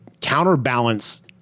counterbalance